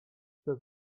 chcę